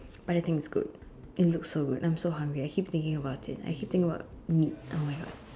but I think it's good it looks so good I'm so hungry I keep thinking about it I keep thinking about meat !oh-my-God!